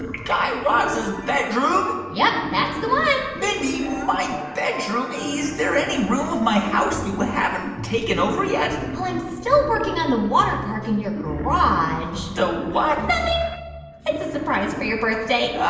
guy raz's bedroom yep, that's the one mindy, my bedroom? is there any room of my house you haven't taken over yet? well, i'm still working on the water park in your garage the what? nothing it's a surprise for your birthday.